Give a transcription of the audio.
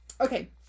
Okay